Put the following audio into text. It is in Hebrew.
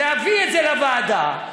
להביא את זה לוועדה,